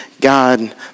God